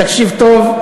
תקשיב טוב: